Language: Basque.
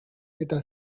eta